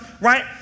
right